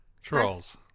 trolls